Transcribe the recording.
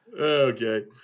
Okay